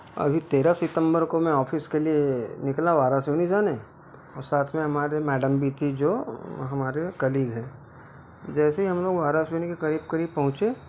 अभी तेरह सितम्बर को मैं ऑफिस के लिए निकला बारह सोनी जाने और साथ में हमारे मैडम भी थी जो हमारे कलिंग हैं जैसे ही हम लोग महाराष्ट्र के करीब करीब पहुंचे